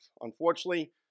Unfortunately